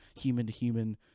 human-to-human